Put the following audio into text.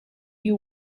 you